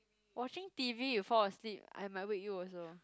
watching t_v you fall asleep I might wake you also